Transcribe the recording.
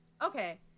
Okay